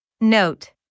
Note